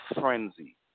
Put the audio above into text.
frenzy